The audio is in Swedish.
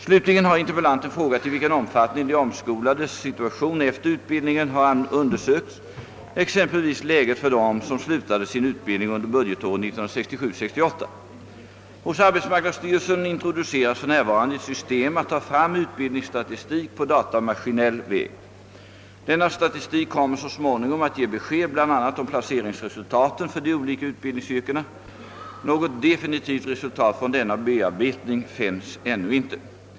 Slutligen har interpellanten frågat i vilken omfattning de omskolades situation efter utbildningen har undersökts, exempelvis läget för dem som slutade sin utbildning under budgetåret 1967/68. Hos arbetsmarknadsstyrelsen introduceras för närvarande ett system att ta fram utildningsstatistik på datamaskinell väg. Denna statistik kommer så småningom att ge besked bl.a. om placeringsresultaten för de olika utbildningsyrkena. Något definitivt resultat från denna bearbetning finns ännu inte.